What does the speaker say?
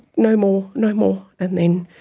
no more, no more and then